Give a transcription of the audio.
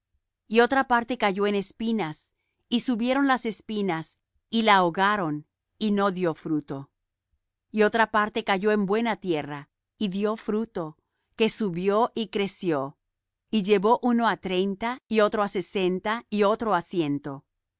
y otra parte cayó en espinas y subieron las espinas y la ahogaron y no dió fruto y otra parte cayó en buena tierra y dió fruto que subió y creció y llevó uno á treinta y otro á sesenta y otro